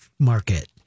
Market